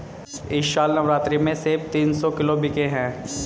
इस साल नवरात्रि में सेब तीन सौ किलो बिके हैं